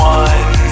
one